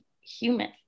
human